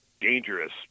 dangerous